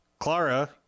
Clara